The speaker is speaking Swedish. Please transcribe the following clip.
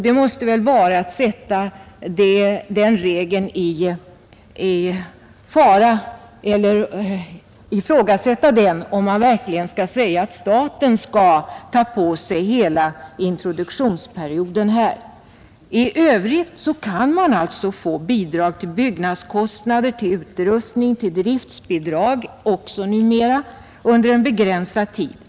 Det måste väl vara att sätta den regeln i fara eller ifrågasätta den, om man verkligen säger att staten skall ta på sig kostnaderna för hela introduktionsperioden. I övrigt kan man få bidrag till byggnadskostnader, till utrustning samt numera även till driften under en begränsad tid.